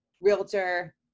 realtor